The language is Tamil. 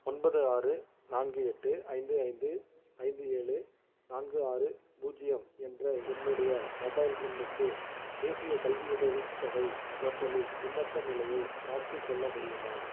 ஒன்பது ஆறு நான்கு எட்டு ஐந்து ஐந்து ஐந்து ஏழு நான்கு ஆறு பூஜ்ஜியம் என்ற என்னுடைய மொபைல் எண்ணுக்கு தேசியக் கல்வியுதவித் தொகை போர்ட்டலில் விண்ணப்ப நிலையைப் பார்த்துச் சொல்ல முடியுமா